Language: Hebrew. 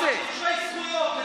הם אזרחים שווי זכויות.